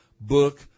book